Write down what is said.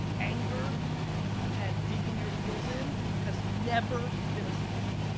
anger and digging your heels in has never been a solution,